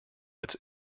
its